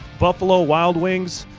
buffalo wild wings,